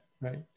right